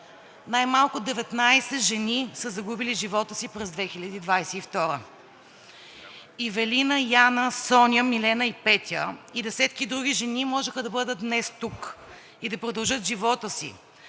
Най-малко 19 жени са загубили живота си през 2022 г. Ивелина, Яна, Соня, Милена и Петя и десетки други жени можеха да бъдат днес тук и да продължат живота си,